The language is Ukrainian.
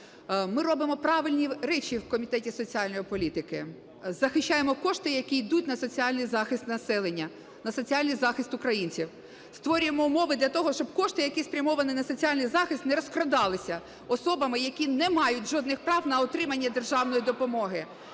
Ми робимо правильні речі в Комітеті соціальної політики. Захищаємо кошти, які йдуть на соціальний захист населення, на соціальний захист українців. Створюємо умови для того, щоб кошти, які спрямовані на соціальний захист, не розкрадалися особами, які не мають жодних прав на отримання державної допомоги.